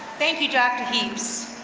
thank you dr. heaps.